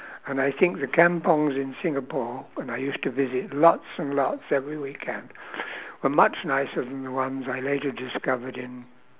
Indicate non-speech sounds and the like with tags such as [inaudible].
and I think the kampungs in singapore when I used to visit lots and lots every weekend [breath] were much nicer than the ones I later discovered in